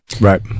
right